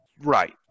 Right